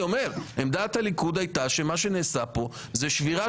אני אומר שעמדת הליכוד היתה שמה שנעשה פה זה שבירה